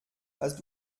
hast